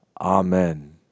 Amen